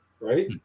right